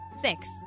Six